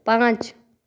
पाँच